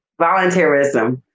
Volunteerism